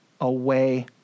away